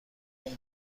این